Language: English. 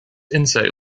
insect